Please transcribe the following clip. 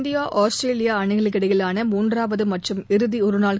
India Australia அணிகளுக்கிடையிலாள மூன்றாவது மற்றும் இறுதி ஒருநாள்